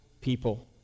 people